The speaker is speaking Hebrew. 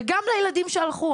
וגם לילדים שהלכו,